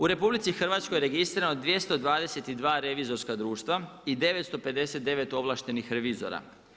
U RH registrirano je 222 revizorska društva i 959 ovlaštenih revizora.